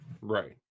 Right